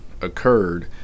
occurred